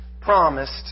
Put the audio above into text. promised